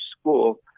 school